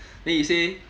then he say